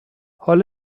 حال